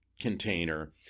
container